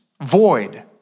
void